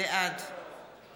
בעד